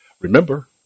Remember